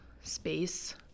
space